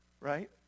right